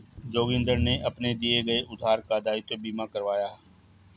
जोगिंदर ने अपने दिए गए उधार का दायित्व बीमा करवाया